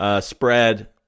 spread